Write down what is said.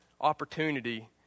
opportunity